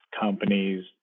companies